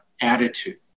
attitude